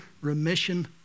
remission